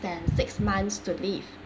then six months to live